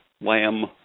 lamb